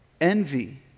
envy